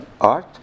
art